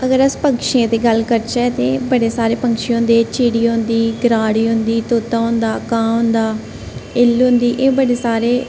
अगर अस पैंछियें दी गल्ल करचै ते बड़े सारे पैंछी होंदे चिड़ी होंदी गराड़ी होंदी तोता होंदा कां होंदा ईल्ल होंदी एह् बड़े सारे